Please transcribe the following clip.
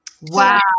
Wow